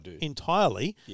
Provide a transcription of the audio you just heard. entirely